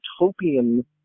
utopian